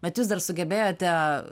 bet jūs dar sugebėjote